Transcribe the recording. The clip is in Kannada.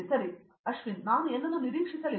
ಸರಿ ಅಶ್ವಿನ್ ನಾನು ಏನನ್ನೂ ನಿರೀಕ್ಷಿಸಲಿಲ್ಲ